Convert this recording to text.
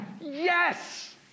yes